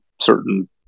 certain